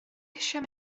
eisiau